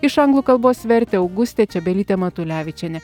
iš anglų kalbos vertė augustė čebelytė matulevičienė